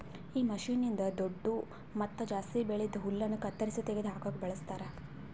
ಈ ಮಷೀನ್ನ್ನಿಂದ್ ದೊಡ್ಡು ಮತ್ತ ಜಾಸ್ತಿ ಬೆಳ್ದಿದ್ ಹುಲ್ಲನ್ನು ಕತ್ತರಿಸಿ ತೆಗೆದ ಹಾಕುಕ್ ಬಳಸ್ತಾರ್